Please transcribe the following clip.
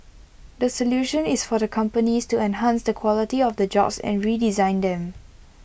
the solution is for the companies to enhance the quality of the jobs and redesign them